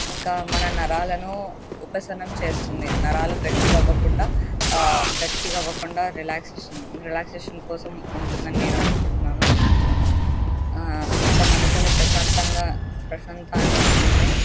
ఇంకా మన నరాలను ఉపశనం చేస్తుంది నరాలు గట్టిగా అవ్వకుండా గట్టిగా అవ్వకుండా రిలాక్సేషన్ రిలాక్సేషన్ కోసం ఉంటుందని నేను అనుకుంటున్నాను ఇంకా మనసుని ప్రశాంతంగా ప్రశాంతను ఇస్తుంది